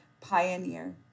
pioneer